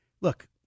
Look